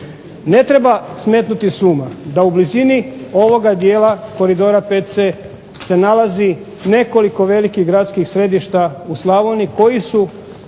Ne treba smetnuti s uma da u blizini ovoga dijela Koridora VC se nalazi nekoliko velikih gradskih središta u Slavoniji koji su